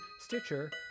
Stitcher